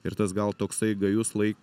ir tas gal toksai gajus lai